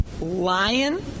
lion